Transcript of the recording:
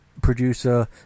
producer